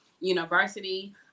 university